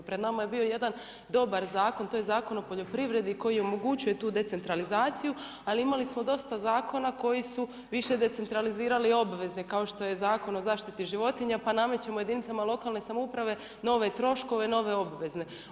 Pred nama je bio jedan dobar zakon, to je Zakon o poljoprivredi koji omogućuje tu decentralizaciju, ali imali smo dosta zakona koji su više decentralizirali obveze kao što je Zakon o zaštiti životinja pa namećemo jedinicama lokalne samouprave nove troškove, nove obveze.